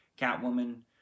Catwoman